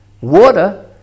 water